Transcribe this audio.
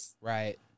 Right